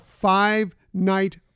five-night